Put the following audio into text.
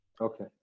Okay